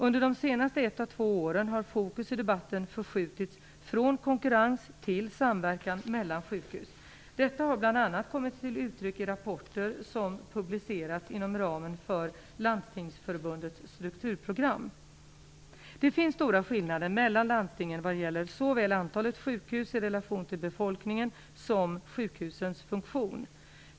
Under de senaste ett à två åren har fokus i debatten förskjutits från konkurrens till samverkan mellan sjukhus. Detta har bl.a. kommit till uttryck i rapporter som publicerats inom ramen för Landstingsförbundets strukturprogram. Det finns stora skillnader mellan landstingen vad gäller såväl antalet sjukhus i relation till befolkningen som sjukhusens funktion.